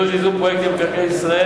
עידוד יישום פרויקטים במקרקעי ישראל